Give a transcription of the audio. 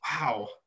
Wow